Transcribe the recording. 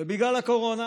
ובגלל הקורונה